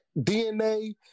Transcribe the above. DNA